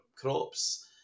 crops